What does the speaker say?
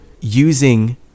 using